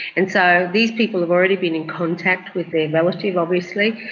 and so these people have already been in contact with their relative obviously,